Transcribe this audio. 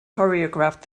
choreographed